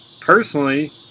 personally